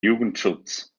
jugendschutz